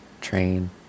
Train